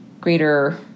greater